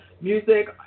music